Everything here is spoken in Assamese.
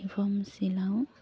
ইউনিফৰ্ম চিলাওঁ